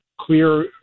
clear